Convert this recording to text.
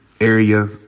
area